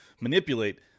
manipulate